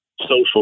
social